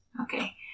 okay